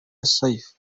الصيف